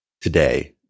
today